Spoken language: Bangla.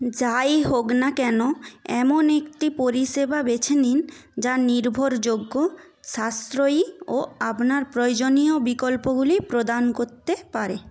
যাই হোক না কেন এমন একটি পরিষেবা বেছে নিন যা নির্ভরযোগ্য সাশ্রয়ী ও আপনার প্রয়োজনীয় বিকল্পগুলি প্রদান করতে পারে